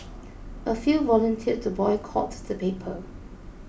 a few volunteered to boycott the paper